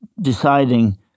deciding